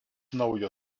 naujo